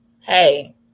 hey